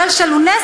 כולל של אונסק"ו,